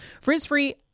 Frizz-free